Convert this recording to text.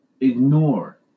ignore